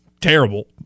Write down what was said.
Terrible